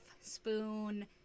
spoon